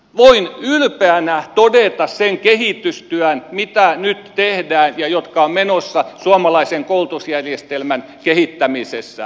voin ylpeänä todeta sen kehitystyön jota nyt tehdään ja joka on menossa suomalaisen koulutusjärjestelmän kehittämisessä